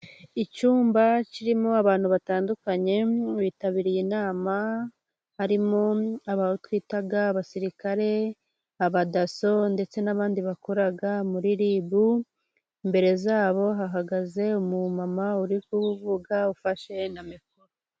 Icyumba kirimo abantu batandukanye bitabiriye inama. Harimo abo twita abasirikare, abadaso ndetse n'abandi bakora muri RIB. Imbere zabo hahagaze umumama uri kuvuga ufashe na mikoro.